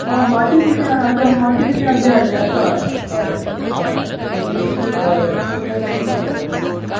हय माती बिती हय माती बिती आमगे हाडली आसा हय हय हय हय हय मात्याची बी तें हय हय तें काय हय प्रोब्लम ना हय